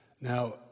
Now